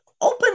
open